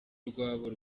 rwabo